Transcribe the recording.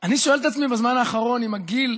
אני שואל את עצמי בזמן האחרון אם הגיל,